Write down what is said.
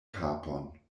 kapon